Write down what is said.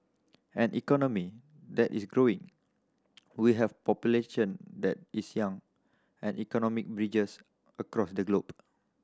an economy that is growing we have population that is young and economic bridges across the globe